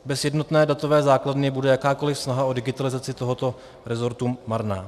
Bez jednotné datové základny bude jakákoli snaha o digitalizaci tohoto resortu marná.